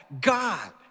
God